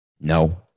No